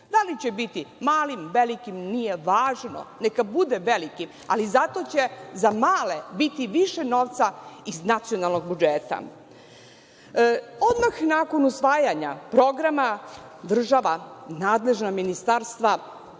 Da li će biti malim, velikim, nije važno, neka bude velikim, ali zato će za male biti više novca iz nacionalnog budžeta. Odmah nakon usvajanja programa, država, nadležna ministarstva,